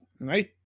Right